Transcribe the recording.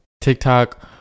tiktok